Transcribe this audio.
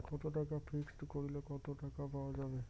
কত টাকা ফিক্সড করিলে কত টাকা পাওয়া যাবে?